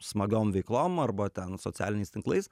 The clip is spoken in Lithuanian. smagiom veiklom arba ten socialiniais tinklais